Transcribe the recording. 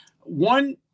One